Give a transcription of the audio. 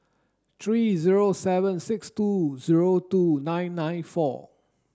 three zero seven six two zero two nine nine four